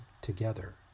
together